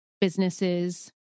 businesses